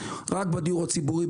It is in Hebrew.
רק בדיור הציבורי,